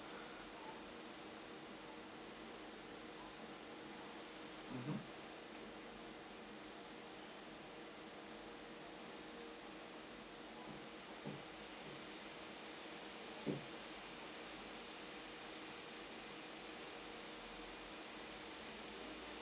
mmhmm